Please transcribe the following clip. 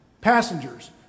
passengers